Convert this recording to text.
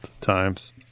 times